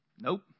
Nope